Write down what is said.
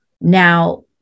Now